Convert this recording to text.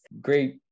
great